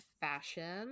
Fashion